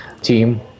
team